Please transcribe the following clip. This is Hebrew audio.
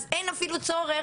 אז אין אפילו צורך